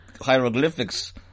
hieroglyphics